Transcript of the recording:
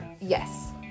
Yes